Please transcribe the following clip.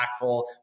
impactful